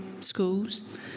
schools